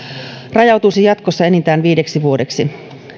rajautuisi jatkossa enintään viideksi vuodeksi